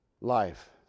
life